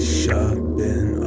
shopping